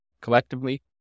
Collectively